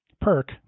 perk